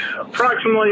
approximately